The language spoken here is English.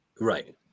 Right